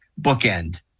bookend